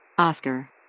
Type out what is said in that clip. Oscar